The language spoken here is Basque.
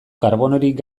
karbonorik